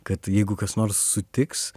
kad jeigu kas nors sutiks